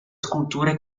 sculture